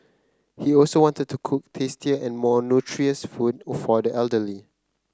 he also wanted to cook tastier and more nutritious food for the elderly